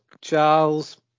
Charles